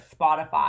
spotify